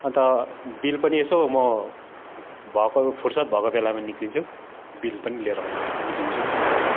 अन्त बिल पनि यसो म भएको फुर्सत भएको बेलामा निक्लिन्छु बिल पनि लिएर निक्लिन्छु नि तपाईँकोमा